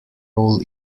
role